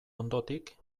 ondotik